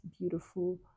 beautiful